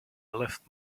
left